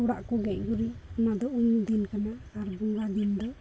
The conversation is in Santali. ᱚᱲᱟᱜ ᱠᱚ ᱜᱮᱡ ᱜᱩᱨᱤᱡ ᱚᱱᱟᱫᱚ ᱩᱢ ᱫᱤᱱ ᱠᱟᱱᱟ ᱟᱨ ᱵᱚᱸᱜᱟ ᱫᱤᱱ ᱫᱚ